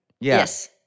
Yes